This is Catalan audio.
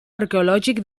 arqueològic